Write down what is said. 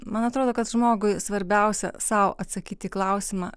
man atrodo kad žmogui svarbiausia sau atsakyt į klausimą